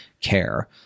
care